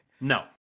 No